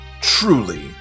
truly